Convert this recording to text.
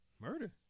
Murder